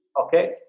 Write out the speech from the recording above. Okay